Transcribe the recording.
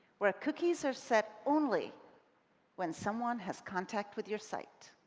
where cookies are set only when someone has contact with your site.